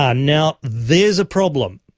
um now there's a problem.